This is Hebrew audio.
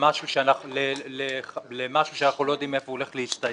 למשהו שאנחנו לא יודעים איפה הוא הולך להסתיים.